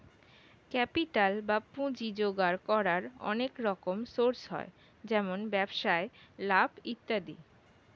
capital বা পুঁজি জোগাড় করার অনেক রকম সোর্স হয়, যেমন ব্যবসায় লাভ ইত্যাদি